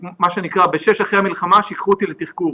בשש אחרי המלחמה שייקחו אותי לתחקור